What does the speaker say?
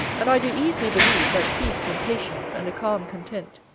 and i do easily believe, that peace, and patience, and a calm content,